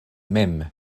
mem